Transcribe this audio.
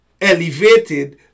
elevated